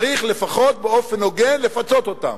צריך לפחות באופן הוגן לפצות אותם.